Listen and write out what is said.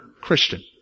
Christian